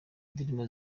indirimbo